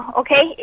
okay